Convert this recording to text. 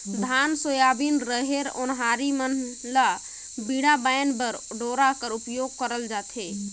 धान, सोयाबीन, रहेर, ओन्हारी मन ल बीड़ा बनाए बर डोरा कर उपियोग करल जाथे